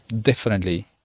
differently